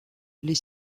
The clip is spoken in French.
les